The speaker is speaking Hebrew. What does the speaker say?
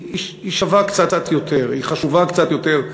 היא שווה קצת יותר, היא חשובה קצת יותר.